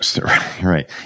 right